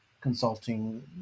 consulting